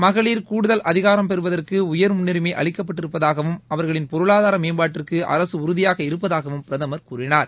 மகளிர் கூடுதல் அதிகாரம் பெறுவதற்கு உயர் முன்னுரிமை அளிக்கப்பட்டிருப்பதாகவும் அவர்களின் பொருளாதார மேம்பாட்டிற்கு அரசு உறுதியாக இருப்பதாகவும் பிரதமர் கூறினார்